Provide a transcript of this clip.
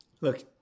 look